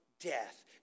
death